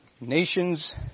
Nations